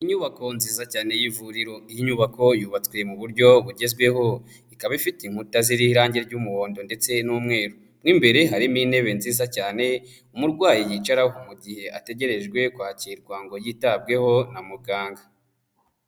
Inyubako nziza cyane y'ivuriro ry'inyubako yubatswe mu buryo bugezweho, ikaba ifite inkuta zi y'irangi ry'umuhondo ndetse n'umweru mu imbere harimo intebe nziza cyane umurwayi yicaraho mu gihe ategerejwe kwakirwa ngo yitabweho na muganga.